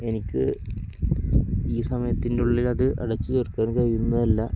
എനിക്ക് ഈ സമയത്തിൻറ്റുള്ളിൽ അത് അടച്ച് തീർക്കാൻ കഴിയുന്നതല്ല